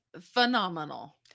phenomenal